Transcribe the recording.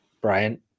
Brian